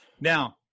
Now